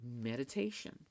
meditation